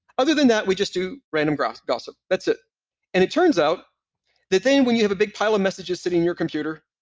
other than that, we just do random ah gossip. that's it and it turns out that then when you have a big pile of messages sitting in your computer,